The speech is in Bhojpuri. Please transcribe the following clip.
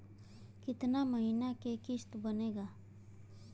कितना महीना के किस्त बनेगा?